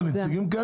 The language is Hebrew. נציגים.